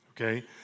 Okay